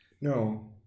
No